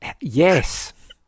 Yes